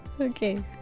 okay